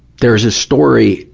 there's a story,